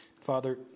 Father